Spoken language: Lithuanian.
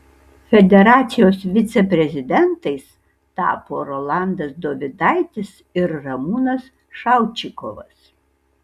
federacijos viceprezidentais tapo rolandas dovidaitis ir ramūnas šaučikovas